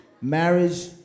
Marriage